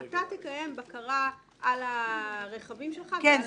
תקיים בקרה על הרכבים שלך ועל --- כן,